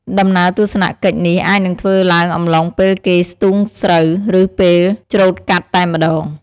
ដំណើរទស្សនកិច្ចនេះអាចនឹងធ្វើឡើងអំឡុងពេលគេស្ទូងស្រូវ ឬ ពេលច្រូតកាត់តែម្ដង។